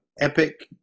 Epic